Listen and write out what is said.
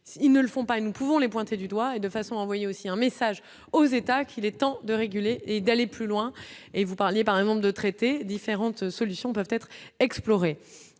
s'ils ne le font pas, et nous pouvons les points. C'est du doigt et de façon envoyer aussi un message aux États qu'il est temps de réguler et d'aller plus loin et vous parlez par exemple de traiter différentes solutions peuvent être explorés,